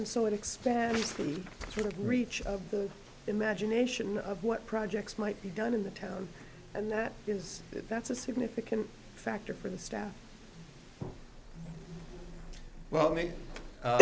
and so it expands the reach of the imagination of what projects might be done in the town and that is that that's a significant factor for the staff well